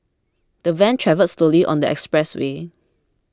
the van travelled slowly on the expressway